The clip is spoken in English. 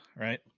Right